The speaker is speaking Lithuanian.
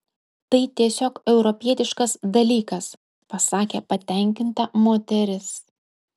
tai tiesiog europietiškas dalykas pasakė patenkinta moteris